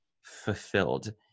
fulfilled